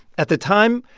at the time,